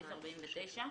בסעיף 49,